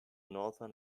northern